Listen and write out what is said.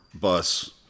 bus